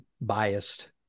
biased